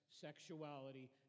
sexuality